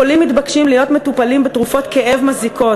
חולים מתבקשים להיות מטופלים בתרופות לכאב מזיקות,